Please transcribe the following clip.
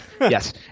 Yes